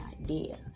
idea